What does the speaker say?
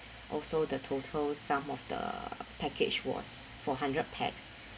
also the total sum of the package was for hundred pax